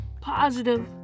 positive